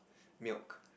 milk